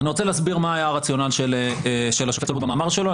אני רוצה להסביר מה היה הרציונל של השופט סולברג במאמר שלו.